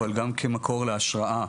אבל גם כמקור להשראה.